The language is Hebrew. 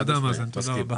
תודה רבה מאזן.